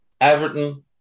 Everton